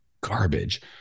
garbage